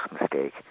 mistake